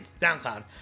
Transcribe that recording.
SoundCloud